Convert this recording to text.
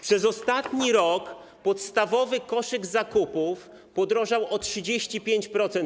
Przez ostatni rok podstawowy koszyk zakupów podrożał o 35%.